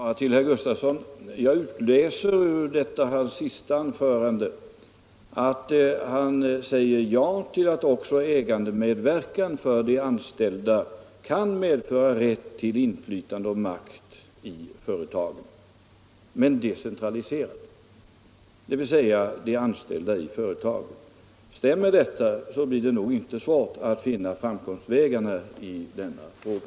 Herr talman! Bara några ord till herr Gustafson i Göteborg. Jag utläser ur hans senaste anförande att han anser att också ägandemedverkan för de anställda kan medföra rätt till inflytande och makt i företagen, men decentraliserat, dvs. för de anställda i företagen. Stämmer detta, blir det nog inte svårt att finna framkomliga vägar i denna fråga.